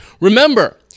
Remember